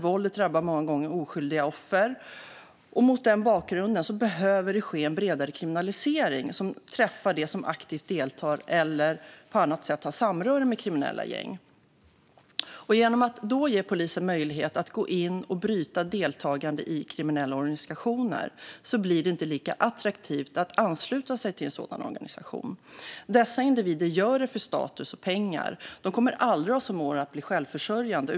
Våldet drabbar många gånger oskyldiga offer. Mot denna bakgrund behöver det ske en bredare kriminalisering som träffar dem som aktivt deltar i eller på annat sätt har samröre med kriminella gäng. Om polisen då ges möjlighet att gå in och bryta deltagande i kriminella organisationer blir det inte lika attraktivt att ansluta sig till en sådan organisation. Dessa individer gör det för status och pengar. De kommer aldrig någonsin att bli självförsörjande.